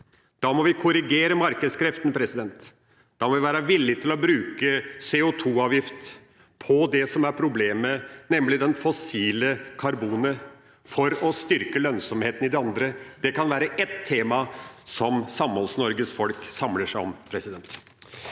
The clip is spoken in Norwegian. Da må vi korrigere markedskreftene. Da må vi være villige til å bruke CO2-avgift på det som er problemet – nemlig det fossile karbonet – for å styrke lønnsomheten i det andre. Det kan være ett tema som SamholdsNorges folk samler seg om. Iselin